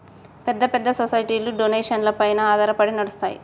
పెద్ద పెద్ద సొసైటీలు డొనేషన్లపైన ఆధారపడి నడుస్తాయి